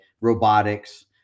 robotics